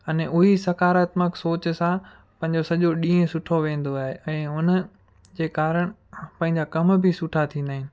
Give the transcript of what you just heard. अने उहो ई सकारात्मक सोच सां पंहिंजो सॼो ॾींहुं सुठो वेंदो आहे ऐं हुनजे कारण पंहिंजा कम बि सुठा थींदा आहिनि